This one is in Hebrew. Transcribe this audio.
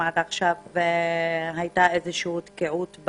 י"ח באייר התש"ף ,12 במאי 2020. היום נתמקד בעולם הרפואה,